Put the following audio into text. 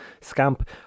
scamp